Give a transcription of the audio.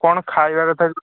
କ'ଣ ଖାଇବା କଥା